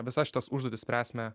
visas šitas užduotis spręsime